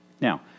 Now